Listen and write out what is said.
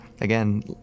Again